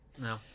no